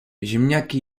ziemniaki